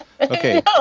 Okay